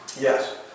Yes